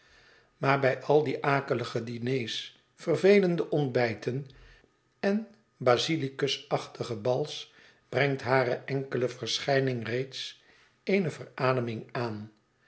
maar hij al die akelige diners vervelende ontbijten en hasiliskus achtige hals brengt hare enkele verschijning reeds eene verademing aan